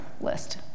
list